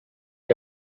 日记